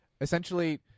essentially